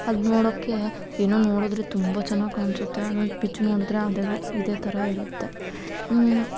ಅದು ನೋಡೋಕ್ಕೆ ಏನೋ ನೋಡಿದ್ರೆ ತುಂಬ ಚೆನ್ನಾಗಿ ಕಾಣಿಸುತ್ತೆ ಆದರೆ ಬಿಚ್ಚಿ ನೋಡಿದ್ರೆ ಅದೇ ಥರ ಇದೇ ಥರ ಇರುತ್ತೆ